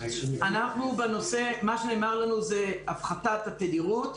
מה שנאמר לנו זה הפחתת התדירות.